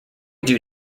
due